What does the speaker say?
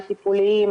הטיפוליים,